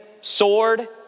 sword